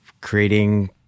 creating